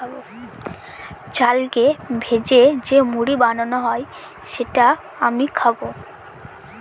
চালকে ভেজে যে মুড়ি বানানো হয় যেটা আমি খাবো